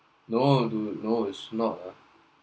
no dude no it's not lah